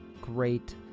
great